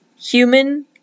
human